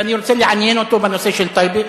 ואני רוצה לעניין אותו בנושא של טייבה,